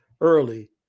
early